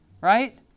right